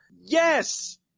Yes